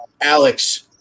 Alex